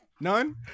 None